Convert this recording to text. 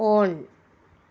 on